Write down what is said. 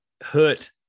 hurt